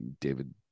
David